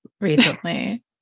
recently